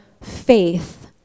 faith